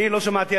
אני לא שמעתי,